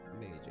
Major